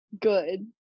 Good